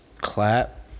clap